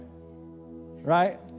Right